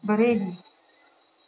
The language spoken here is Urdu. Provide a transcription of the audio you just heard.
بریلی